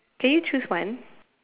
can you choose one